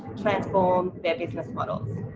transform, their business models.